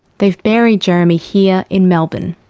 they've buried jeremy here in melbourne.